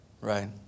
right